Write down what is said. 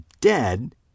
dead